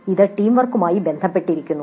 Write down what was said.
ഇത് ടീം വർക്കുമായി ബന്ധപ്പെട്ടിരിക്കുന്നു